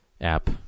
app